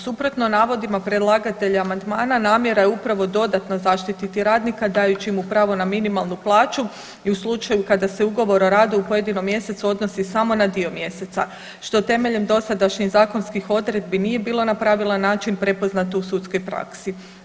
Suprotno navodima predlagatelja amandmana namjera je upravo dodatno zaštiti radnika dajući mu pravo na minimalnu plaću i u slučaju kada se ugovor o radu u pojedinom mjesecu odnosi samo na dio mjeseca što temeljem dosadašnjih zakonskih odredbi nije bilo na pravilan način prepoznato u sudskoj praksi.